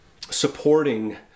supporting